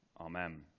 Amen